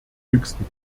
höchsten